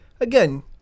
again